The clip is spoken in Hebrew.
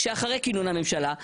שאחרי כינון הממשלה.